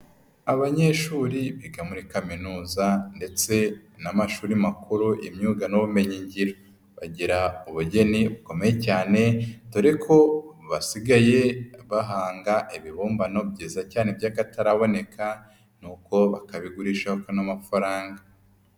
Abanyeshuri biga muri kaminuza ndetse n'amashuri makuru y'imyuga n'ubumenyigiro. Bagira ubugeni bukomeye cyane dore ko basigaye bahanga ibibumbano byiza cyane by'akataraboneka nuko bakabigurisha bakabona amafaranga.